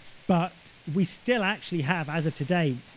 but we still actually have, as of today,